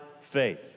faith